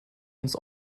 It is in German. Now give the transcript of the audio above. uns